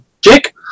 Jake